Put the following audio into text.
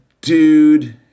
dude